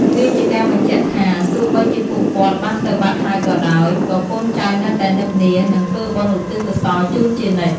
វាជាការបញ្ជាក់ថា ទោះបីជាពួកគាត់បានទៅបាត់ហើយក៏ដោយ ក៏កូនចៅនៅតែនឹកនា និងធ្វើបុណ្យឧទ្ទិសកុសលជូនជានិច្ច។